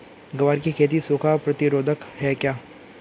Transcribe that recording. ग्वार की खेती सूखा प्रतीरोधक है क्या?